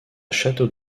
château